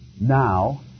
Now